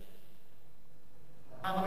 פעם ראשונה שהיא עברה בקריאה ראשונה,